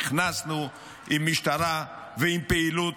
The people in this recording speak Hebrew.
נכנסנו עם משטרה ועם פעילות,